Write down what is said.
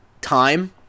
time